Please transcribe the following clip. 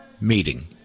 meeting